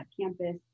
campus